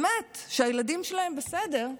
באמת, שהילדים שלהם בסדר,